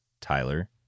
Tyler